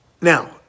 Now